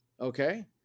Okay